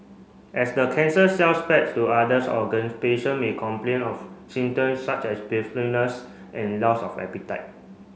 as the cancer cells spread to others organ patient may complain of symptoms such as breathlessness and loss of appetite